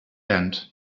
end